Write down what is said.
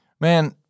Man